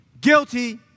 guilty